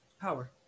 power